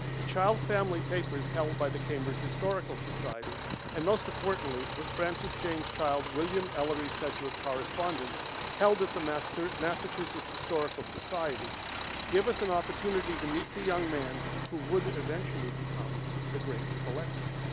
the child family papers held by the cambridge historical society and most importantly the frances james child william ellery sedgwick correspondence held at the massachusetts historical society give us an opportunity to meet the young man who would eventually become the great collector.